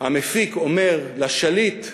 המפיק אומר לשליט: